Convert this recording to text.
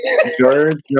George